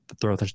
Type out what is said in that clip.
throw